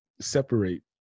separate